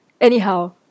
Anyhow